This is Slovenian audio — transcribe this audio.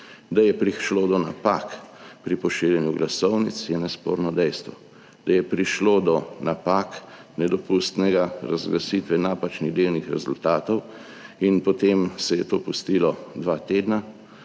Da je prišlo do napak pri pošiljanju glasovnic, je nesporno dejstvo. Da je prišlo do napak nedopustne razglasitve napačnih delnih rezultatov in potem se je to pustilo dva tedna,